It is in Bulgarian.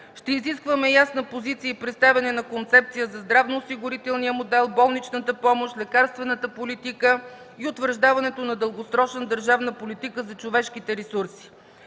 Ще изискваме ясна позиция и представяне на концепция за здравноосигурителния модел, болничната помощ, лекарствената политика и утвърждаването на дългосрочна държавна политика за човешките ресурси.